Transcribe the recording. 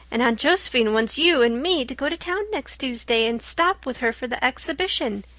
and aunt josephine wants you and me to go to town next tuesday and stop with her for the exhibition.